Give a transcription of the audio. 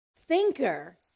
thinker